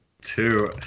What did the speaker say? Two